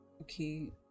okay